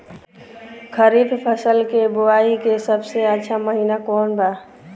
खरीफ फसल के बोआई के सबसे अच्छा महिना कौन बा?